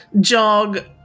jog